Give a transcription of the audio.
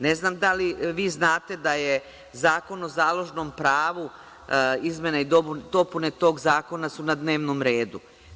Ne znam da li vi znate da je Zakon o založnom pravu, izmene i dopune tog zakona su na dnevnom redu.